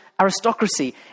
aristocracy